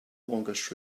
longest